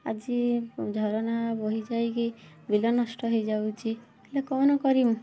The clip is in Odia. ଆଜି ଝରଣା ବହି ଯାଇକି ବିଲ ନଷ୍ଟ ହେଇଯାଉଛି ହେଲେ କ'ଣ କରିମୁ